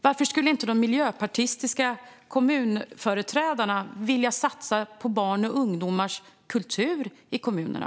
Varför skulle inte de miljöpartistiska kommunföreträdarna vilja satsa på barns och ungdomars kultur i kommunerna?